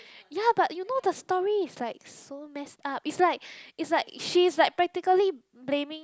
but you know the story is like so messed up is like is like she's like practically blaming